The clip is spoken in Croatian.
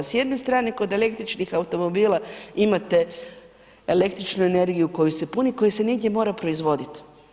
S jedne strane, kod električnih automobila imate električnu energiju koja se puni, koja se negdje mora proizvoditi.